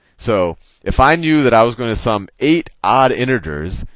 so if i knew that i was going to sum eight odd integers,